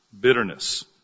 Bitterness